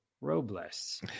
Robles